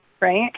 Right